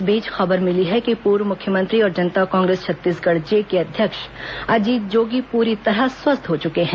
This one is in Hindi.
इस बीच खबर मिली है कि पूर्व मुख्यमंत्री और जनता कांग्रेस छत्तीसगढ़ जे के अध्यक्ष अजीत जोगी पूरी तरह स्वस्थ हो चुके हैं